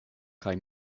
kaj